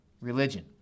religion